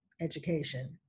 education